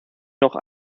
noch